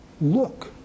look